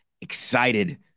excited